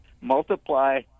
multiply